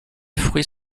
fruits